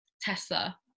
Tesla